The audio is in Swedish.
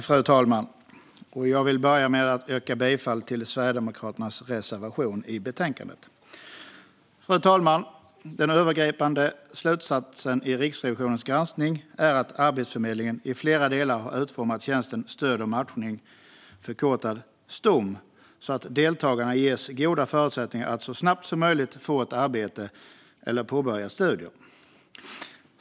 Fru talman! Jag vill börja med att yrka bifall till Sverigedemokraternas reservation i betänkandet. Fru talman! Den övergripande slutsatsen i Riksrevisionens granskning är att Arbetsförmedlingen i flera delar har utformat tjänsten Stöd och matchning, Stom, så att deltagarna ges goda förutsättningar att så snabbt som möjligt få ett arbete eller påbörja studier.